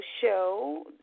Show